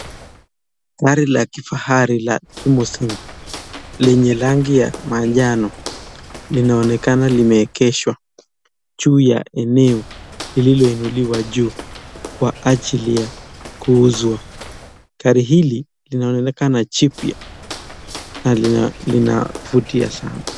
Gari la kifahari la Limosin lenye rangi ya manjano. Linaonekana limeegeshwa juu ya eneo lilo inuliwa juu kwa ajili ya kuuzwa. Gari hili linaonekana jipya na linavutia sana.